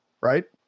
right